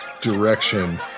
direction